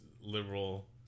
liberal